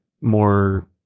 more